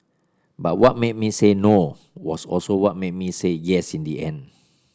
but what made me say no was also what made me say yes in the end